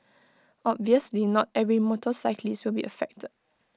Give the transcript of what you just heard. obviously not every motorcyclist will be affected